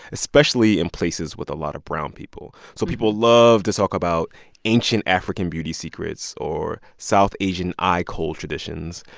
especially in places with a lot of brown people. so people love to talk about ancient african beauty secrets or south asian eye coal traditions.